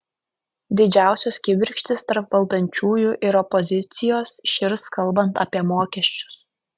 didžiausios kibirkštys tarp valdančiųjų ir opozicijos žirs kalbant apie mokesčius